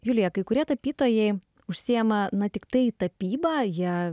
julija kai kurie tapytojai užsiema na tiktai tapyba jie